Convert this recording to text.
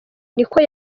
niko